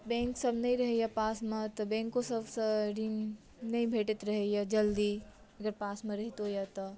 बैंकसभ नहि रहैए पासमे तऽ बैंको सभसँ ऋण नहि भेटैत रहैए जल्दी जँ पासमे रहितो यए तऽ